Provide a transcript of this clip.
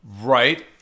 Right